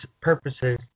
purposes